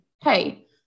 hey